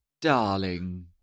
Darling